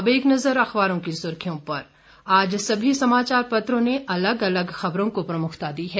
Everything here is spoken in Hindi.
अब एक नजर अखबारों की सुर्खियों पर आज सभी समाचार पत्रों ने अलग अलग खबरों को प्रमुखता दी है